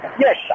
yes